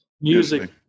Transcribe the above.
Music